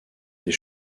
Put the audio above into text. des